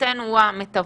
מבחינתנו הוא המתווך.